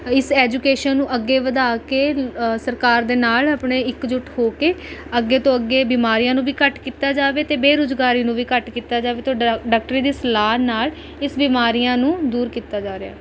ਇਸ ਐਜੂਕੇਸ਼ਨ ਨੂੰ ਅੱਗੇ ਵਧਾ ਕੇ ਸਰਕਾਰ ਦੇ ਨਾਲ ਆਪਣੇ ਇਕਜੁੱਟ ਹੋ ਕੇ ਅੱਗੇ ਤੋਂ ਅੱਗੇ ਬਿਮਾਰੀਆਂ ਨੂੰ ਵੀ ਘੱਟ ਕੀਤਾ ਜਾਵੇ ਅਤੇ ਬੇਰੁਜ਼ਗਾਰੀ ਨੂੰ ਵੀ ਘੱਟ ਕੀਤਾ ਜਾਵੇ ਤੁਹਾਡਾ ਡਾਕਟਰ ਦੀ ਸਲਾਹ ਨਾਲ ਇਸ ਬਿਮਾਰੀਆਂ ਨੂੰ ਦੂਰ ਕੀਤਾ ਜਾ ਰਿਹਾ